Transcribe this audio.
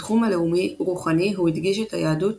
בתחום הלאומי-רוחני הוא הדגיש את היהדות